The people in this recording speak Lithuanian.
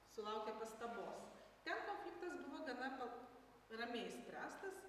sulaukė pastabos ten konfliktas buvo gana pa ramiai išspręstas